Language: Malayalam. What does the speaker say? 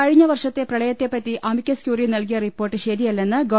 കഴിഞ്ഞ വർഷത്തെ പ്രളയത്തെപ്പറ്റി അമിക്കസ് ക്യൂറി നൽകിയ റിപ്പോർട്ട് ശരിയല്ലെന്ന് ഗവ